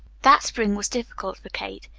that spring was difficult for kate.